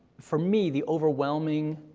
for me the overwhelming,